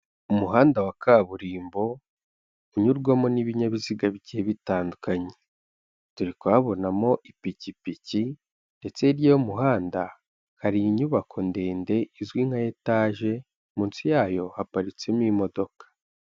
Umuhanda wa kaburimbo, unyurwamo n'ibinyabiziga bigiye bitandukanye, turi kuhabonamo ipikipiki ndetse hirya y'umuhanda hari inyubako ndende izwi nka etaje, munsi yayo haparitsemo imodoka.